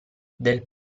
del